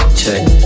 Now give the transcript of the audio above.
check